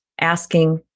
asking